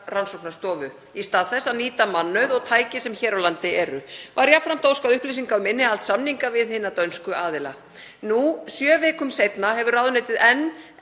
rannsóknarstofu í stað þess að nýta mannauð og tæki sem hér á landi eru. Var jafnframt óskað upplýsinga um innihald samninga við hina dönsku aðila. Nú, sjö vikum seinna, hefur ráðuneytið enn